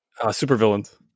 Supervillains